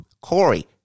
Corey